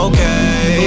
Okay